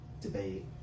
debate